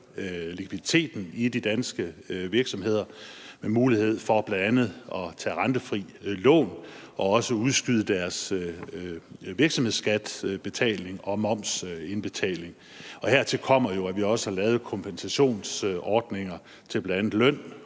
likviditeten i de danske virksomheder med mulighed for bl.a. at tage rentefri lån og at udskyde deres virksomhedsskattebetaling og momsindbetaling. Hertil kommer jo, at vi også har lavet kompensationsordninger i forhold